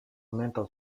mental